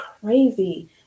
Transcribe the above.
crazy